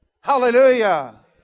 Hallelujah